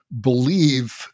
believe